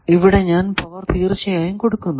ഇവിടെ ഞാൻ പവർ തീർച്ചയായും കൊടുക്കുന്നുണ്ട്